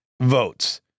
votes